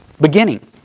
beginning